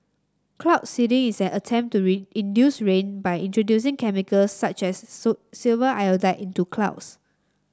cloud seeding is an attempt to induce rain by introducing chemicals such as silver iodide into clouds